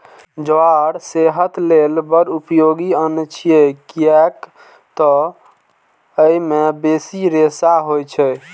ज्वार सेहत लेल बड़ उपयोगी अन्न छियै, कियैक तं अय मे बेसी रेशा होइ छै